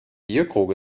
bierkrug